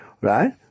Right